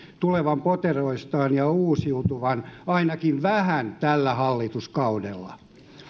tulevan poteroistaan ja uusiutuvan ainakin vähän tällä hallituskaudella